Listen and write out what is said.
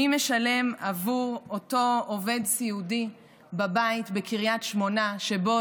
מי משלם עבור אותו עובד סיעודי בבית בקריית שמונה שבו